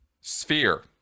sphere